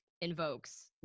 invokes